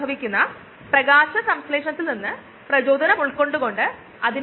ഒരു stirred tank ബയോറിയാക്ടറും air lift ബയോറിയാക്ടറും തമ്മിലുള്ള വ്യത്യാസം സ്റ്റിറർ ഇല്ല എന്നതാണ്